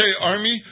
army